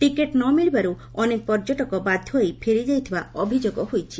ticket ନ ମିଳିବାରୁ ଅନେକ ପର୍ଯ୍ୟଟକ ବାଧ୍ଯ ହୋଇ ଫେରିଯାଇଥିବା ଅଭିଯୋଗ ହୋଇଛି